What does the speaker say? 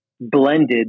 blended